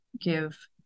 give